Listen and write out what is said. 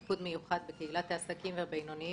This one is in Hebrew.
מיקוד מיוחד בקהילת העסקים והבינוניים,